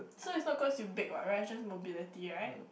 so it's not cause you big what right it's just mobility right